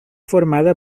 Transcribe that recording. formada